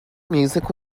music